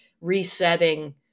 resetting